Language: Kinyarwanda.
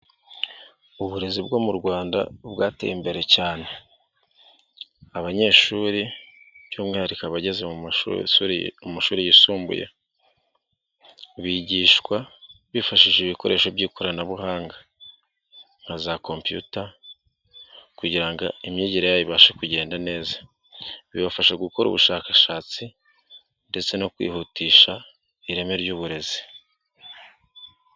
Uburezi bwo mu rwanda bwateye imbere cyane, abanyeshuri by'umwihariko abageze mu mashuri yisumbuye bigishwa bifashishije ibikoresho by'ikoranabuhanga nka za kompuyuta kugirango imyigire ibashe kugenda neza bibafasha gukora ubushakashatsi ndetse no kwihutisha ireme ry'uburezi.